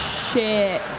shit.